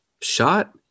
shot